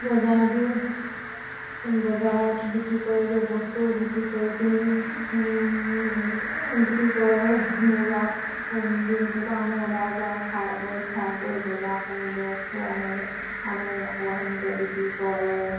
বজাৰ দিয়ে বজাৰত বিক্ৰী কৰেগৈ বস্তু বিক্ৰী কৰি পিনি বিক্ৰী কৰে বজাৰত দিনটোৰ কাৰণে ওলাই যায় খাই বৈ খাই বৈ বজাৰ কৰে বস্তু আনেগৈ আনি আকৌ সেনেকৈ বিক্ৰী কৰে